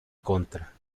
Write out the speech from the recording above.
contra